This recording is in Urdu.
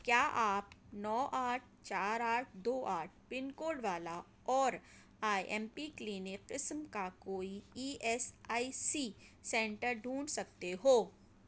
کیا آپ نو آٹھ چار آٹھ دو آٹھ پن کوڈ والا اور آئی ایم پی کلینی قسم کا کوئی E S I C centre ڈھونڈ سکتے ہو